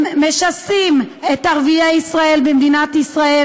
הם משסים את ערביי ישראל במדינת ישראל